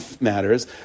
matters